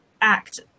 act